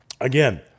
again